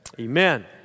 amen